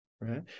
right